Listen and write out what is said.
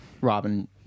robin